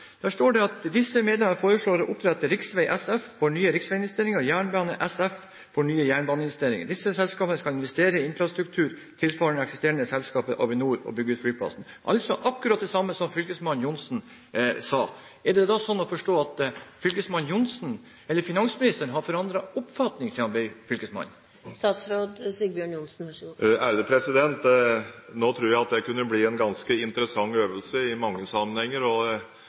Der står det: «Disse medlemmer foreslår å opprette Riksvei SF for nye riksveiinvesteringer og Jernbane SF for nye jernbaneinvesteringer. Disse selskapene skal investere i infrastruktur, tilsvarende de eksisterende selskapene Avinor AS som bygger ut flyplasser Dette er akkurat det samme som fylkesmann Johnsen sa. Er det da sånn å forstå at fylkesmann Johnsen, eller finansministeren, har forandret oppfatning siden han var fylkesmann? Jeg tror det kunne bli en ganske interessant øvelse i mange sammenhenger å se hva folk har sagt tidligere, og